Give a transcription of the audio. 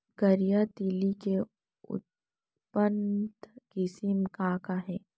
करिया तिलि के उन्नत किसिम का का हे?